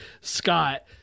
Scott